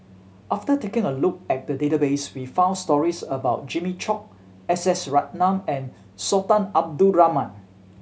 after taking a look at the database we found stories about Jimmy Chok S S Ratnam and Sultan Abdul Rahman